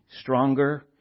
stronger